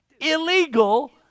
illegal